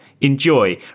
Enjoy